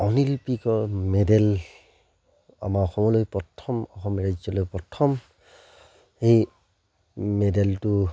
অলিম্পিকৰ মেডেল আমাৰ অসমলৈ প্ৰথম অসম ৰাজ্যলৈ প্ৰথম সেই মেডেলটো